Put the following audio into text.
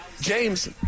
James